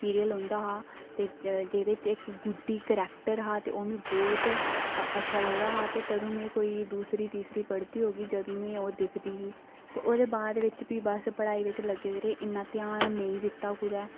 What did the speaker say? serial औंदा हा ते जेह्दे च इक गुड्डी क्रैक्टर हा ते ओह् मिं बहुत अच्छा लगदा हा ते तदूं में कोई दूसरी तीसरी पढ़दी होगी जदूं में ओह् दिखदी ही ते ओह्दे बाद बिच भी बस पढ़ाई बिच लग्गे दे रेह् इन्ना ध्यान नेईं दित्ता कुदै